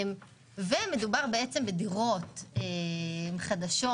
מדובר בדירות חדשות,